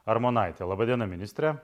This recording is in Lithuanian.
armonaitė laba diena ministre